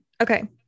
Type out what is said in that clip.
Okay